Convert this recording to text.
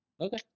Okay